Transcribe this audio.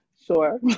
Sure